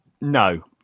no